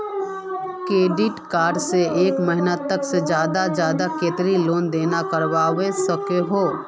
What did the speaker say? Credit card से एक महीनात ज्यादा से ज्यादा कतेरी लेन देन करवा सकोहो ही?